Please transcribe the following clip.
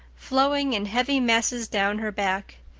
flowing in heavy masses down her back.